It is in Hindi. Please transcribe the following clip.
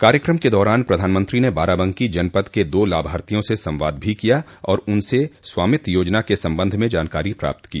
कार्यक्रम के दौरान प्रधानमंत्री ने बाराबंकी जनपद के दो लाभार्थियों से संवाद भी किया और उनसे स्वामित्व योजना के संबंध में जानकारी प्राप्त की